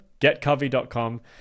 getcovey.com